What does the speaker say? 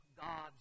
God's